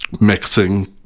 mixing